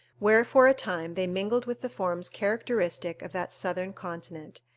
where for a time they mingled with the forms characteristic of that southern continent,